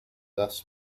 thus